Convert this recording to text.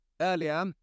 earlier